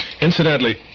Incidentally